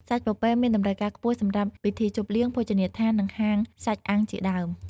សាច់ពពែមានតម្រូវការខ្ពស់សម្រាប់ពិធីជប់លៀង ភោជនីយដ្ឋាន និងហាងសាច់អាំងជាដើម។